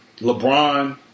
LeBron